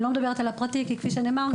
אני לא מדברת על הפרטי כי כפי שנאמר,